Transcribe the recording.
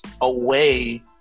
away